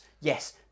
yes